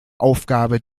aufgabe